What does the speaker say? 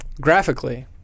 Graphically